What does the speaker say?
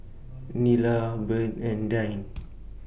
Nylah Byrd and Dayne